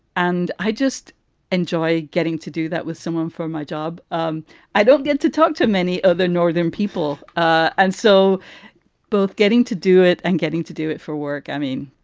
and i just enjoy getting to do that with someone for my job. um i don't get to talk to many other northern people. and so both getting to do it and getting to do it for work. i mean,